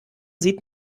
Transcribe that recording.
sieht